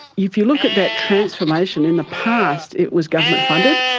if you look at that transformation, in the past it was government funded,